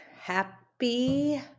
happy